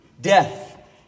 death